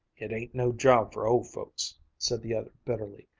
it ain't no job for old folks, said the other bitterly.